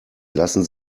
lassen